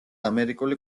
ამერიკული